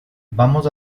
vamos